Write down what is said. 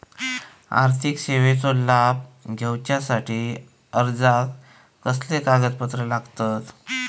आर्थिक सेवेचो लाभ घेवच्यासाठी अर्जाक कसले कागदपत्र लागतत?